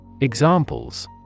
Examples